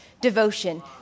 devotion